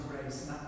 grace